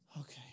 Okay